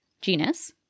genus